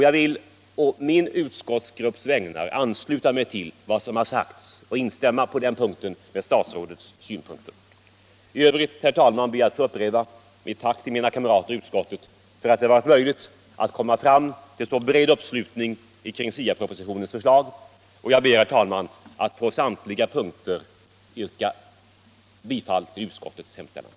Jag vill å min utskottsgrupps vägnar ansluta mig till vad som har sagts och instämma i statsrådets synpunkter. I övrigt ber jag att få upprepa mitt tack till mina kamrater i utskottet för att det har varit möjligt att komma fram till en så bred uppslutning 53 kring SIA-propositionens förslag. Jag ber, herr talman, att på samtliga punkter få yrka bifall till utskottets hemställan.